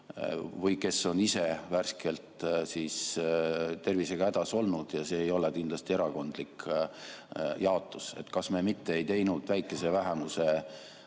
või kes on ise värskelt tervisega hädas olnud. Ja see ei ole kindlasti erakondlik jaotus. Kas me mitte ei teinud väikese vähemuse kaitseks